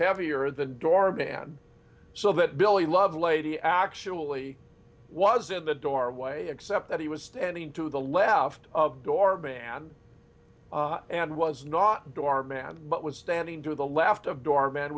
heavier than the doorman so that billy lovelady actually was in the doorway except that he was standing to the left of doorman and was not doorman but was standing to the left of doorman